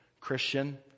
Christian